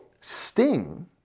sting